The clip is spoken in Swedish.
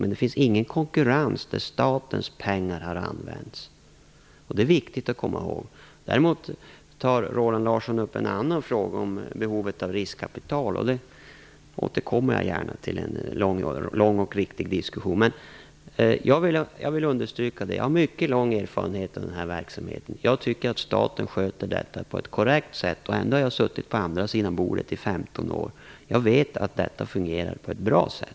Men det finns ingen konkurrens där statens pengar har använts. Det är viktigt att komma ihåg. Däremot tar Roland Larsson upp en annan fråga om behovet av riskkapital. Jag återkommer gärna till denna i en lång och riktig diskussion. Jag har mycket lång erfarenhet av den här verksamheten, och jag vill understryka att jag tycker att staten sköter detta på ett korrekt sätt. Och jag har ändå suttit på andra sidan bordet i 15 år. Jag vet att detta fungerar på ett bra sätt.